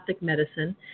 medicine